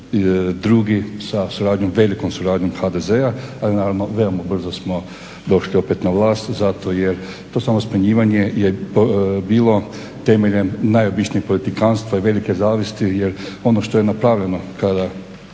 drugi sa velikom suradnjom HDZ-a ali naravno veoma brzo smo došli opet na vlast, zato jer to samo smjenjivanje je bilo temeljem najobičnijeg politikantstva i velike zavisti jer ono što je napravljeno kada